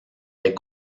les